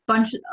bunch